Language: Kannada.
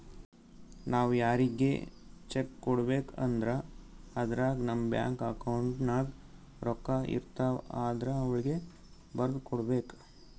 ನಾವ್ ಯಾರಿಗ್ರೆ ಚೆಕ್ಕ್ ಕೊಡ್ಬೇಕ್ ಅಂದ್ರ ಅದ್ರಾಗ ನಮ್ ಬ್ಯಾಂಕ್ ಅಕೌಂಟ್ದಾಗ್ ರೊಕ್ಕಾಇರ್ತವ್ ಆದ್ರ ವಳ್ಗೆ ಬರ್ದ್ ಕೊಡ್ಬೇಕ್